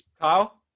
Kyle